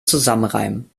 zusammenreimen